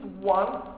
one